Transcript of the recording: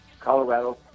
Colorado